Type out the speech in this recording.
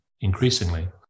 increasingly